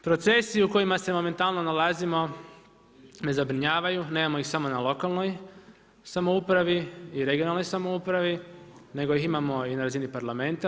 Procesi u kojima se momentalno nalazimo me zabrinjavaju, nemamo ih samo na lokalnoj samoupravi i regionalnoj samoupravi nego ih imamo i na razini Parlamenta.